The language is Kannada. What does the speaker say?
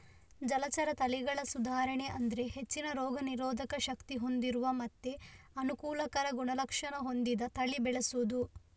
ಜಲಚರ ತಳಿಗಳ ಸುಧಾರಣೆ ಅಂದ್ರೆ ಹೆಚ್ಚಿನ ರೋಗ ನಿರೋಧಕ ಶಕ್ತಿ ಹೊಂದಿರುವ ಮತ್ತೆ ಅನುಕೂಲಕರ ಗುಣಲಕ್ಷಣ ಹೊಂದಿದ ತಳಿ ಬೆಳೆಸುದು